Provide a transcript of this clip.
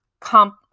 comp